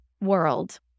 world